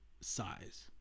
size